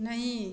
नहि